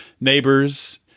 neighbors